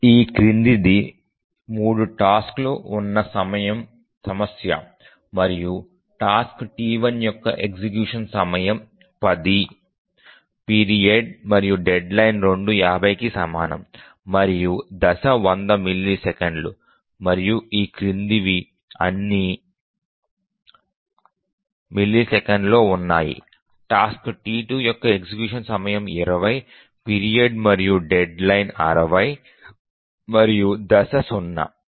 ఈ క్రింది ది 3 టాస్క్లు ఉన్న సమస్య మరియు టాస్క్ T1 యొక్క ఎగ్జిక్యూషన్ సమయం 10 పీరియడ్ మరియు డెడ్లైన్ రెండూ 50కి సమానం మరియు దశ 100 మిల్లీసెకన్లు మరియు ఈ క్రిందివి అన్ని మిల్లీసెకన్లలో ఉన్నాయి టాస్క్ T2 యొక్క ఎగ్జిక్యూషన్ సమయం 20 పీరియడ్ మరియు డెడ్లైన్ 60 మరియు దశ 0